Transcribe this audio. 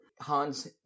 Hans